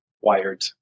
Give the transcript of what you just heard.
wired